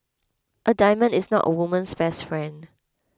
a diamond is not a woman's best friend